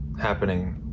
happening